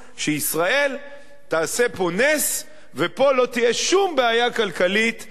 שישראל תעשה פה נס ופה לא תהיה שום בעיה כלכלית-חברתית.